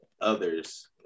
others